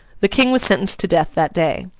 the king was sentenced to death that day.